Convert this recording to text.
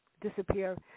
disappear